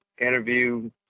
interview